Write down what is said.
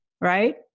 right